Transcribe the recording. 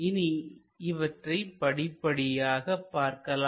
இனி இவற்றை படிப்படியாக பார்க்கலாம்